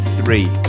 three